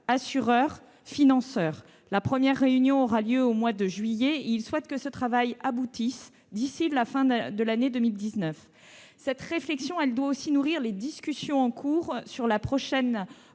assureurs et financeurs. La première réunion aura lieu au mois de juillet. Il souhaite que ce travail aboutisse d'ici à la fin de l'année 2019. Cette réflexion doit aussi nourrir les discussions en cours sur la prochaine